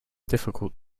difficult